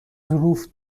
ظروف